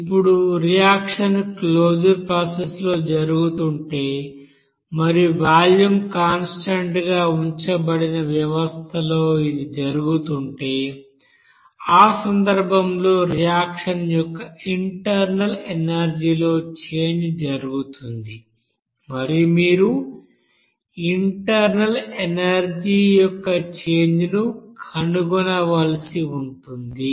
ఇప్పుడు reaction closed ప్రాసెస్లో జరుగుతుంటే మరియు వాల్యూమ్ కాన్స్టాంట్ గా ఉంచబడిన వ్యవస్థలో ఇది జరుగుతుంటే ఆ సందర్భంలో రియాక్షన్ యొక్క ఇంటర్నల్ ఎనర్జీ లో చేంజ్ జరుగుతుంది మరియు మీరు ఇంటర్నల్ ఎనర్జీ యొక్క చేంజ్ ను కనుగొనవలసి ఉంటుంది